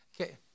okay